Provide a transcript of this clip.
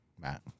Matt